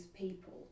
people